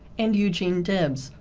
and eugene debs,